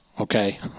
Okay